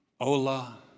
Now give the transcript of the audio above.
hola